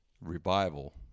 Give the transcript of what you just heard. revival